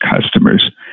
customers